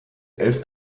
elf